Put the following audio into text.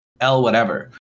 L-whatever